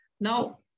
now